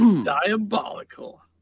Diabolical